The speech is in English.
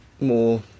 more